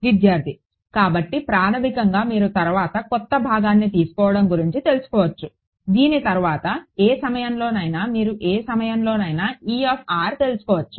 విద్యార్థి కాబట్టి ప్రాథమికంగా మీరు తర్వాత కొత్త భాగాన్ని తీసుకోవడం గురించి తెలుసుకోవచ్చు దీని తర్వాత ఏ సమయంలోనైనా మీరు ఏ సమయంలోనైనా E తెలుసుకోవచ్చు